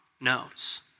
knows